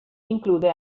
include